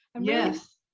Yes